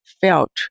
felt